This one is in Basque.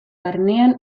barnean